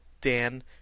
Dan